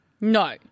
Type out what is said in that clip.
No